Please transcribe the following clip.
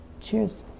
Cheers